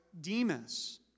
Demas